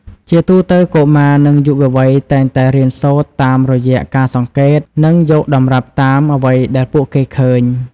ជាទូទៅកុមារ និងយុវវ័យតែងតែរៀនសូត្រតាមរយៈការសង្កេត និងយកតម្រាប់តាមអ្វីដែលពួកគេឃើញ ។